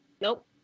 nope